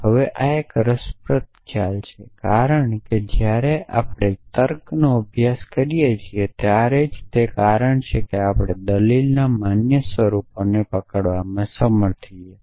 હવે આ એક રસપ્રદ ખ્યાલ છે કારણ કે જ્યારે આપણે તર્ક નો અભ્યાસ કરીએ છીએ ત્યારે તે જ કારણ છે કે આપણે દલીલના માન્ય સ્વરૂપોને પકડવામાં સમર્થ છીએ